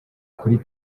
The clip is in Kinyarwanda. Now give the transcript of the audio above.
kuri